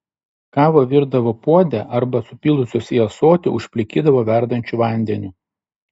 kavą virdavo puode arba supylusios į ąsotį užplikydavo verdančiu vandeniu